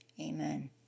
Amen